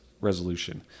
resolution